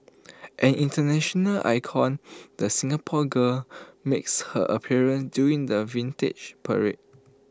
an International icon the Singapore girl makes her appearance during the Vintage Parade